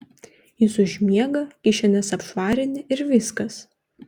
jis užmiega kišenes apšvarini ir viskas